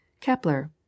kepler